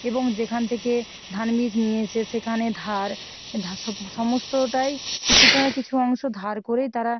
এবং যেখান থেকে ধান বীজ নিয়েছে সেখানে ধার সমস্তটাই কিছুটা কিছু অংশ ধার করেই তারা